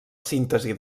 síntesi